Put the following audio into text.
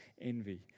envy